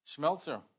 Schmelzer